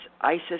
Isis